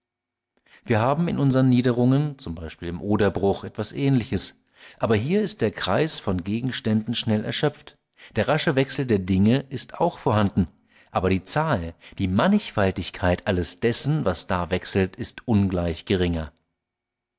wir haben in unsern niederungen z b im oderbruch etwas ähnliches aber hier ist der kreis von gegenständen schnell erschöpft der rasche wechsel der dinge ist auch vorhanden aber die zahl die mannigfaltigkeit alles dessen was da wechselt ist ungleich geringer